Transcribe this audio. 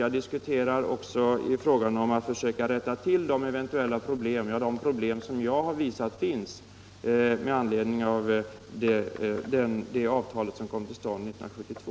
Jag diskuterar den också för att man skall försöka rätta till de problem som jag har visat finns med anledning av det avtal som kom till stånd 1972.